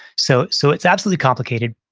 so so it's absolutely complicated,